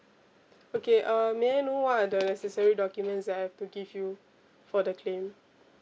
okay um may I know what are the necessary documents that I have to give you for the claim